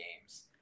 games